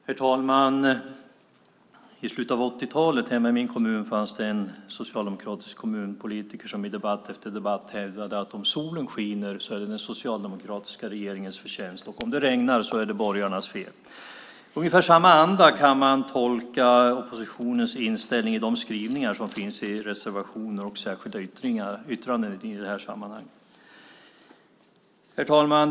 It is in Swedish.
Herr talman! I slutet av 80-talet hemma i min kommun fanns det en socialdemokratisk kommunpolitiker som i debatt efter debatt hävdade: Om solen skiner är det den socialdemokratiska regeringens förtjänst, och om det regnar är det borgarnas fel. Ungefär samma anda kan man tolka i oppositionens inställning i de skrivningar som finns i reservationer och särskilda yttranden i det här sammanhanget. Herr talman!